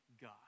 God